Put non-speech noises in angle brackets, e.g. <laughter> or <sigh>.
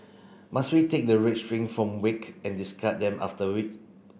must we take the red string from wake and discard them <unintelligible>